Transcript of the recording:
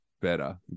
better